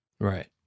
Right